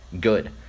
good